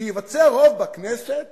שייווצר רוב בכנסת